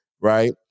right